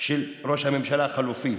ראש הממשלה החלופי,